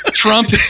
Trump